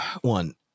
One